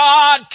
God